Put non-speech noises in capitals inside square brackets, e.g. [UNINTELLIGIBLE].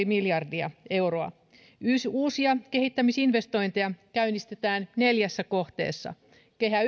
[UNINTELLIGIBLE] miljardia euroa uusia kehittämisinvestointeja käynnistetään neljässä kohteessa kehä [UNINTELLIGIBLE]